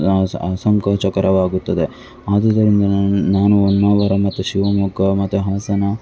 ಅಸಂಕೋಚಕರವಾಗುತ್ತದೆ ಆದುದರಿಂದ ನಾನು ನಾನು ಹೊನ್ನಾವರ ಮತ್ತು ಶಿವಮೊಗ್ಗ ಮತ್ತೆ ಹಾಸನ